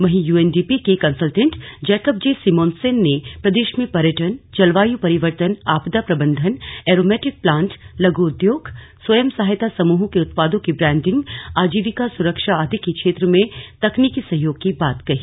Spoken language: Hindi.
वहीं यूएनडीपी के कन्सल्टेंट जैकब जेसिमोनसेन ने प्रदेश में पर्यटन जलवायु परिवर्तन आपदा प्रबंधन एरोमेटिक प्लांट लघू उद्योग स्वयं सहायता समूहों के उत्पादों की ब्रॉन्डिंग आजीविका सुरक्षा आदि क्षेत्र में तकनीकि सहयोग की बात कही